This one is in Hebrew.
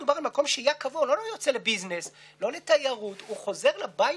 ואני לא יודע להורות לו להוריד שכר לימוד.